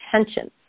attention